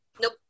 Nope